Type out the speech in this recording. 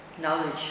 knowledge